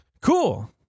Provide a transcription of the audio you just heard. cool